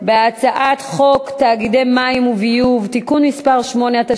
על הצעת חוק תאגידי מים וביוב (תיקון מס' 8),